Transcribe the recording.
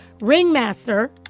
ringmaster